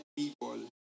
people